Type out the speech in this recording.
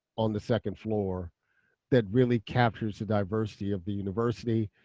on the second floor that really captures the diversity of the university,